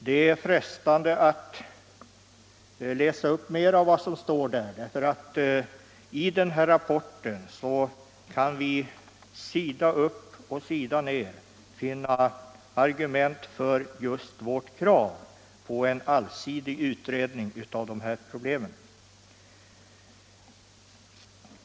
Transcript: Det är frestande att läsa upp mer av vad som där står, därför att man där sida upp och sida ned kan finna argument för vårt krav på en allsidig utredning av dessa problem. Men det får räcka med följande exempel.